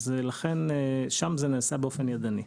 לכן שם זה נעשה באופן ידני.